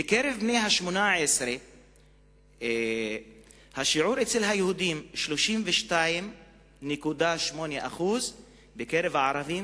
בקרב בני ה-18 השיעור אצל היהודים 32.8% ובקרב הערבים,